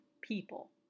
people